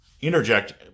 interject